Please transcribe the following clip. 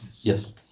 Yes